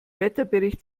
wetterbericht